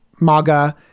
Maga